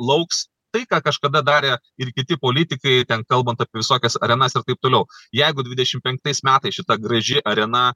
lauks tai ką kažkada darė ir kiti politikai ten kalbant apie visokias arenas ir taip toliau jeigu dvidešimt penktais metais šita graži arena